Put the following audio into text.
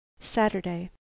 Saturday